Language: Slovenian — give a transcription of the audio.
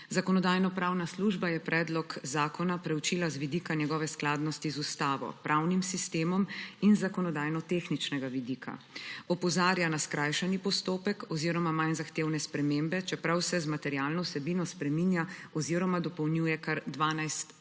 Zakonodajno-pravna služba je predlog zakona preučila z vidika njegove skladnosti z Ustavo, pravnim sistemom in zakonodajno-tehničnega vidika. Opozarja na skrajšani postopek oziroma manj zahtevne spremembe, čeprav se z materialno vsebino spreminja oziroma dopolnjuje kar 12 členov